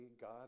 God